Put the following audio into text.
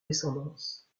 descendance